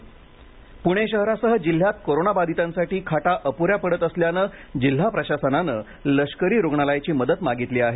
लष्कर रुग्णालय पुणे शहरासह जिल्ह्यात कोरोनाबाधितांसाठी खाटा अपुऱ्या पडत असल्यानं जिल्हा प्रशासनानं लष्करी रुग्णालयाची मदत मागितली आहे